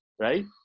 right